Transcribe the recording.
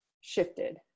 shifted